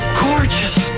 gorgeous